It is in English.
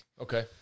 Okay